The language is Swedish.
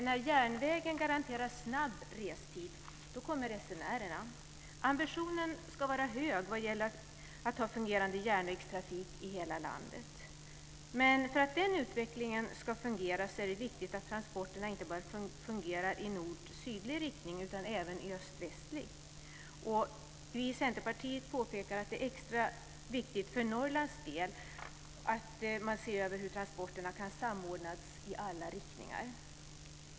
När järnvägen garanterar snabb restid kommer resenärerna. Ambitionen ska vara hög när det gäller att ha fungerande järnvägstrafik i hela landet. Men för att den utvecklingen ska fungera är det viktigt att transporterna inte bara fungerar i nordsydlig riktning, utan att de fungerar även i öst-västlig riktning. Vi i Centerparitet vill påpeka att det är speciellt viktigt för Norrlands del att man ser över hur transporterna kan samordnas i alla riktningar.